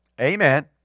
Amen